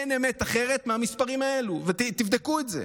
אין אמת אחרת מהמספרים האלה, ותבדקו את זה.